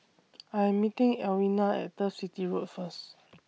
I Am meeting Alwina At Turf City Road First